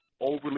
overly